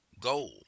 goal